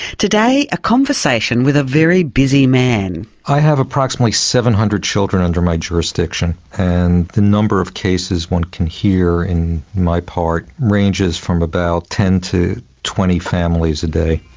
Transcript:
a conversation with a very busy man. i have approximately seven hundred children under my jurisdiction, and the number of cases one can hear in my part ranges from about ten to twenty families a day.